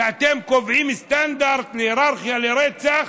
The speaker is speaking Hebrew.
שאתם קובעים סטנדרט והייררכיה לרצח,